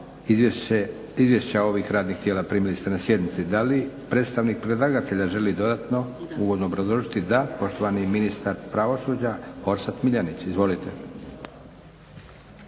Izvješća ovih radnih tijela primili ste na sjednici. Da li predstavnik predlagatelja želi dodatno uvodno obrazložiti? Da. Poštovani ministar Pravosuđa Orsat Miljenić. Izvolite.